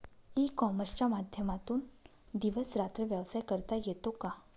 E कॉमर्सच्या माध्यमातून दिवस रात्र व्यवसाय करता येतो का?